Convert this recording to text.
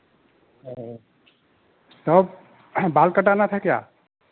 हाँ हाँ तब बाल कटाना था क्या